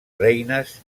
reines